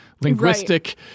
linguistic